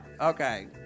Okay